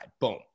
boom